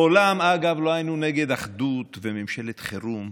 מעולם, אגב, לא היינו נגד אחדות וממשלת חירום,